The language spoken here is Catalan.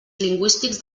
lingüístics